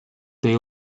they